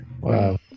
Wow